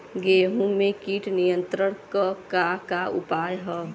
गेहूँ में कीट नियंत्रण क का का उपाय ह?